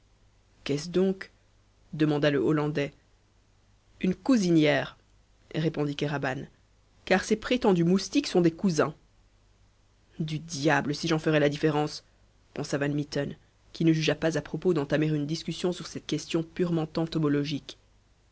qu'est-ce donc demanda le hollandais une cousiniaire répondit kéraban car ces prétendus moustiques sont des cousins du diable si j'en ferais la différence pensa van mitten qui ne jugea pas à propos d'entamer une discussion sur cette question purement